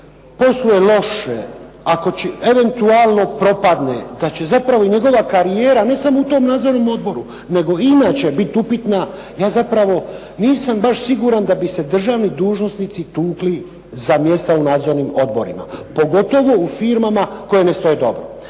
posluje loše, ako eventualno propadne, da će zapravo njegova karijera, ne samo u tom nadzornom odboru, nego inače biti upitna, ja zapravo nisam baš siguran da bi se državni dužnosnici tukli za mjesta u nadzornim odborima pogotovo u firmama koje ne stoje dobro.